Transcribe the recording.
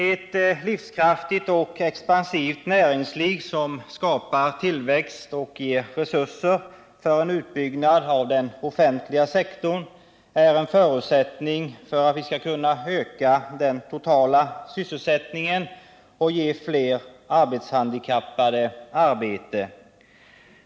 Ett livskraftigt och expansivt näringsliv, som skapar tillväxt och ger resurser för en utbyggnad av den offentliga sektorn, är en förutsättning för att vi skall kunna öka den totala sysselsättningen och ge fler arbetshandikappade arbete.